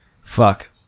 Fuck